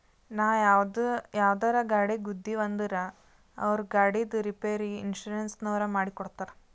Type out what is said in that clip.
ನಾವು ಯಾವುದರೇ ಗಾಡಿಗ್ ಗುದ್ದಿವ್ ಅಂದುರ್ ಅವ್ರ ಗಾಡಿದ್ ರಿಪೇರಿಗ್ ಇನ್ಸೂರೆನ್ಸನವ್ರು ಮಾಡಿ ಕೊಡ್ತಾರ್